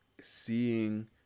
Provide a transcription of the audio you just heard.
seeing